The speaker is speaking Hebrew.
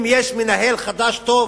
אם יש מנהל חדש טוב,